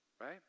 right